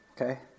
Okay